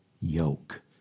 yoke